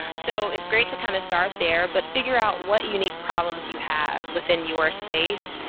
so it's great to kind of start there, but figure out what unique problems you have within your space.